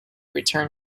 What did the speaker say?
return